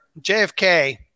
JFK